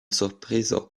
surprizo